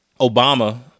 Obama